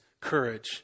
courage